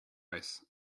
ice